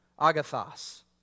agathos